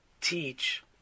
teach